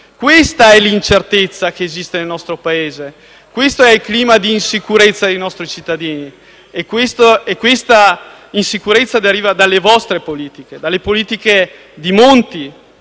Questa è l'incertezza che esiste nel nostro Paese. Questo è il clima di insicurezza dei nostri cittadini: un'insicurezza che deriva dalle vostre politiche, dalle politiche di Monti,